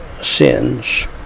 sins